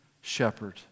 shepherd